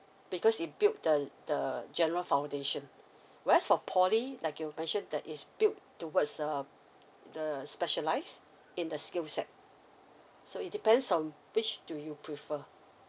because it build the the general foundation whereas for poly like you mentioned that is built towards the the specialise in the skill set so it depends on which do you prefer